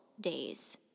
days